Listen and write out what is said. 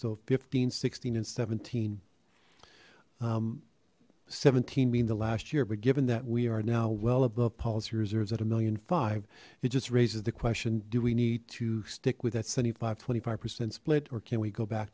so fifteen sixteen and seventeen seventeen mean the last year but given that we are now well above policy reserves at a million five it just raises the question do we need to stick with that seventy five twenty five percent split or can we go back